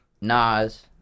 Nas